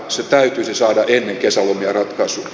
se täytyisi saada ennen kesälomia ratkaistua